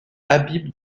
habib